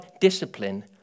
discipline